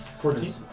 Fourteen